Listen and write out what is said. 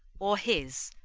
or his,